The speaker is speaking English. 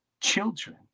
children